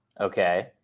Okay